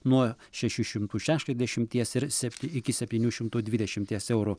nuo šešių šimtų šešiasdešimties ir sept iki septynių šimtų dvidešimties eurų